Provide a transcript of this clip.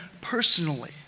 personally